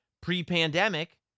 pre-pandemic